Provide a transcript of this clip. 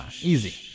Easy